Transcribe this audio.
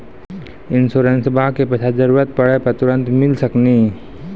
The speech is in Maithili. इंश्योरेंसबा के पैसा जरूरत पड़े पे तुरंत मिल सकनी?